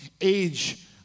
age